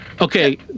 Okay